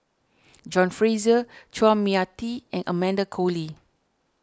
John Fraser Chua Mia Tee and Amanda Koe Lee